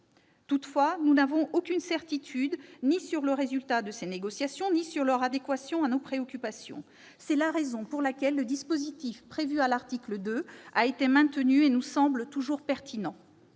Toutefois, nous n'avons de certitude ni sur le résultat de ces négociations ni sur leur adéquation à nos préoccupations. C'est la raison pour laquelle le dispositif prévu à l'article 2 a été maintenu et nous semble toujours pertinent.